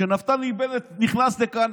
כשנפתלי בנט נכנס לכאן,